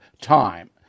time